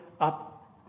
up